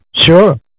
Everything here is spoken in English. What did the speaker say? sure